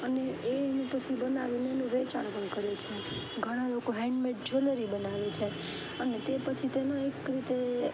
અને એ પછી બનાવીને એનું વેચાણ પણ કરે છે ઘણા લોકો હેન્ડમેડ જ્વેલરી બનાવે છે અને તે પછી તેનું એક રીતે